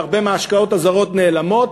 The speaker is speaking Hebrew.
והרבה מההשקעות הזרות נעלמות,